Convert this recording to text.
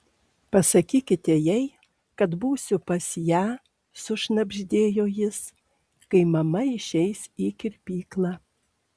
pasakykite jai kad būsiu pas ją sušnabždėjo jis kai mama išeis į kirpyklą